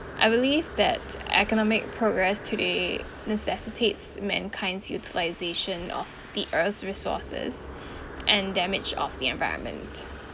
I believe that economic progress today necessitates mankind's utilisation of the earth's resources and damage of the environment